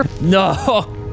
No